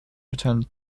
returned